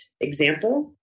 example